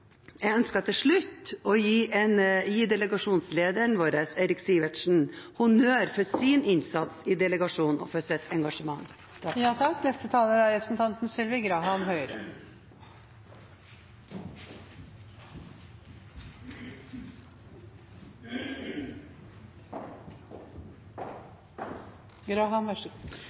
ønsker til slutt å gi vår delegasjonsleder Eirik Sivertsen honnør for hans innsats i delegasjonen og for hans engasjement.